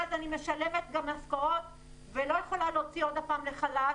ומאז אני משלמת גם משכורות ולא י כולה להוציא עוד פעם לחל"ת.